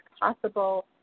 possible